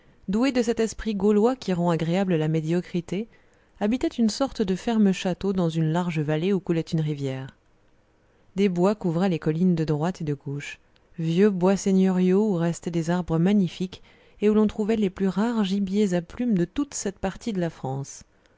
doué de cet esprit gaulois qui rend agréable la médiocrité habitait une sorte de ferme château dans une vallée large où coulait une rivière des bois couvraient les collines de droite et de gauche vieux bois seigneuriaux où restaient des arbres magnifiques et où l'on trouvait les plus rares gibiers à plume de toute cette partie de la france